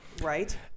Right